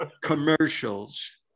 commercials